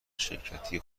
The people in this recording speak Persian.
شرکتی